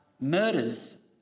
murders